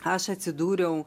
aš atsidūriau